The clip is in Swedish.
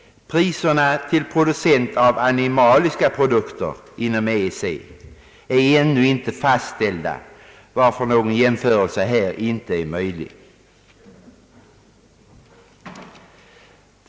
Priserna till producent av animaliska produkter inom EEC är ännu inte fastställda, varför någon jämförelse i detta avseende inte är möjlig.